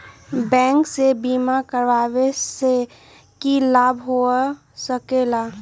Bank से बिमा करावे से की लाभ होई सकेला?